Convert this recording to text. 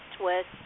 twist